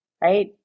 right